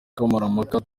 kamarampaka